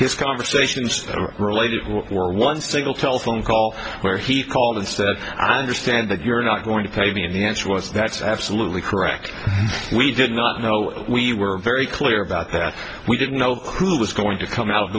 his conversations are related work or one single telephone call where he called and said i understand that you're not going to pay me and the answer was that's absolutely correct we did not know we were very clear about that we didn't know who was going to come out of